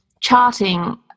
charting